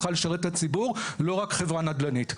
צריכה לשרת את הציבור ולא רק חברה נדל"נית.